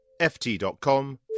ft.com